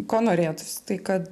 ko norėtųsi tai kad